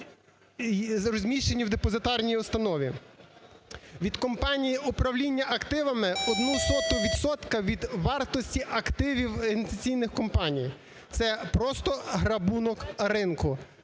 розміщені в депозитарній установі; від компаній управління активами – одна сота відсотка від вартості активів інвестиційних компаній. Це просто грабунок ринку,